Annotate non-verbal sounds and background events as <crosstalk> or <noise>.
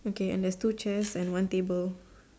okay and there's two chairs and one table <breath>